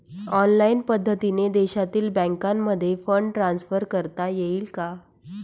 Online पद्धतीने देशातील बँकांमध्ये फंड ट्रान्सफर करता येईल का?